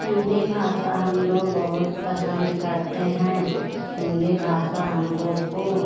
हिन्दी भाषा हम लोग बहुत पसन्द करते हैं हिन्दी भाषा हम लोग को